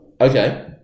Okay